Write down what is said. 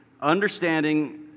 understanding